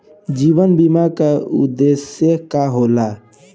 जीवन बीमा का उदेस्य का होला?